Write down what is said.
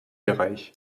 bereich